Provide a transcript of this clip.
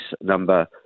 number